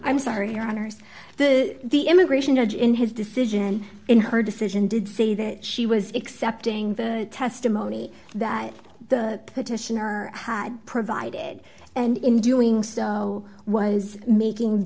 i'm sorry your honor the the immigration judge in his decision in her decision did say that she was accepting the testimony that the petitioner had provided and in doing so was making